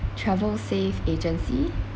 travel safe agency